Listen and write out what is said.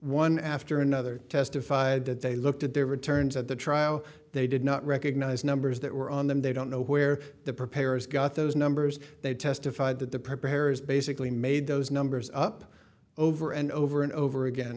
one after another testified that they looked at their returns at the trial they did not recognize numbers that were on them they don't know where the preparers got those numbers they testified that the preparers basically made those numbers up over and over and over again